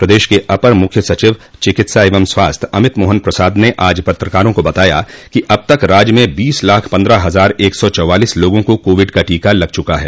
प्रदेश के अपर मुख्य सचिव चिकित्सा एवं स्वास्थ्य अमित मोहन प्रसाद ने आज पत्रकारों को बताया कि अब तक राज्य में बीस लाख पन्द्रह हजार एक सौ चवालीस लोगों को कोविड का टीका लग चुका है